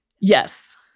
Yes